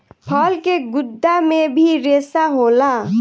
फल के गुद्दा मे भी रेसा होला